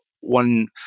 One